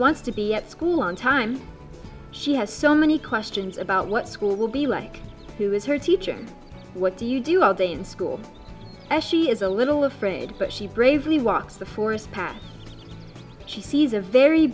wants to be at school on time she has so many questions about what school will be like who is her teacher and what do you do all day in school as she is a little afraid but she bravely walks the forest path she sees a very